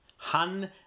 Han